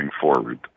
forward